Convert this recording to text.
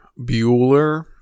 Bueller